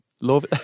Love